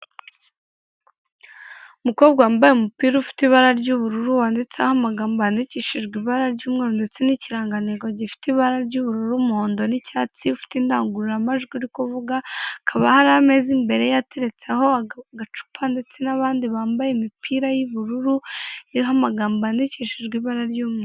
Umukobwa wambaye umupira ufite ibara ry'ubururu wanditseho amagambo yandikishijwe ibara ry'umweru ndetse n'ikirangantego gifite ibara ry'ubururu, umuhondo n'icyatsi ufite indangururamajwi uri kuvuga, hakaba hari ameza imbere ye ateretseho agacupa ndetse n'abandi bambaye imipira y'ubururu iriho amagambo yandikishijwe ibara ry'umweru.